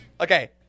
Okay